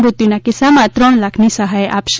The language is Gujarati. મૃત્યુના કિસ્સામાં ત્રણ લાખની સહાય આપશે